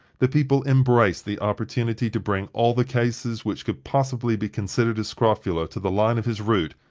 the people embraced the opportunity to bring all the cases which could possibly be considered as scrofula to the line of his route,